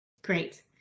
Great